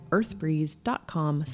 earthbreeze.com